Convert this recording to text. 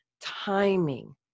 Timing